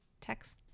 text